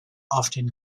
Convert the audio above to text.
often